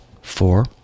four